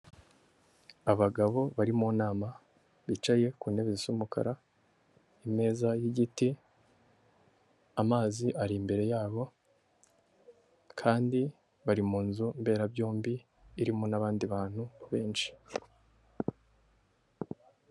Abagabo bari mu nama bicaye ku ntebe zisa umukara, ameza y'igiti, amazi ari imbere yabo, kandi bari mu nzu mberabyombi irimo n'abandi bantu benshi.